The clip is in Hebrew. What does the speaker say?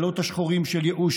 / בלילות השחורים של ייאוש,